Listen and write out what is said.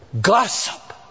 gossip